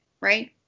Right